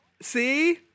See